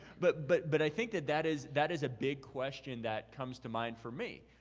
but but but i think that that is that is a big question that comes to mind for me.